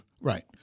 Right